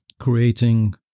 creating